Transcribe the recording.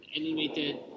animated